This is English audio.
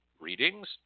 readings